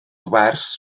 wers